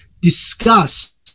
discuss